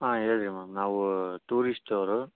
ಹಾಂ ಹೇಳಿರಿ ಮ್ಯಾಮ್ ನಾವು ಟೂರಿಸ್ಟ್ ಅವರು